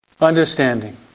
Understanding